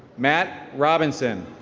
matt robinson.